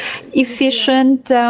efficient